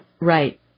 Right